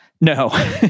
No